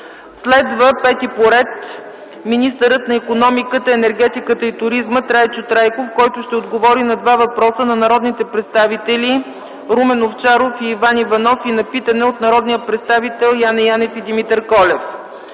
Крумова. Пети по ред, министърът на икономиката, енергетиката и туризма Трайчо Трайков ще отговори на два въпроса от народните представители Румен Овчаров и Иван Иванов и на питане от народните представители Яне Янев и Димитър Колев.